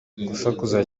gusakuza